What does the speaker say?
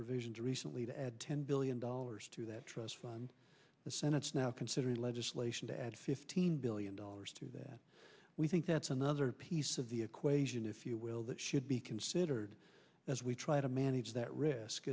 provisions recently to add ten billion dollars to that trust fund the senate is now considering legislation to add fifteen billion dollars to that we think that's another piece of the equation if you will that should be considered as we try to manage that risk